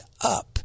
up